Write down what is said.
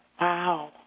wow